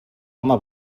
home